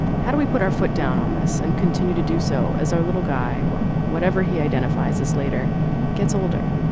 how do we put our foot down on this and continue to do so as our little guy or whatever he identifies as later gets older.